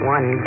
One